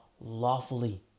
lawfully